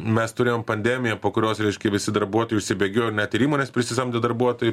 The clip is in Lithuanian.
mes turėjom pandemiją po kurios reiškia visi darbuotojai išsibėgiojo ir net ir įmonės prisisamdė darbuotojų